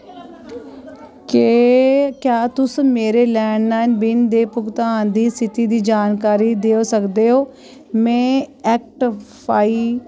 के क्या तुस मेरे लैंडलाइन बिल दे भुगतान दी स्थिति दी जानकारी देई सकदे ओ में एक्ट फाई